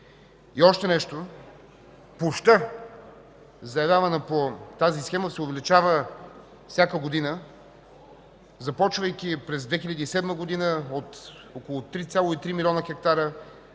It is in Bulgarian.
И още нещо – площта, заявявана по тази схема, се увеличава всяка година, започвайки през 2007 г. от около 3,3 млн. хектара,